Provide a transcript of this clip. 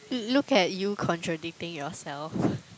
l~ look at you contradicting yourself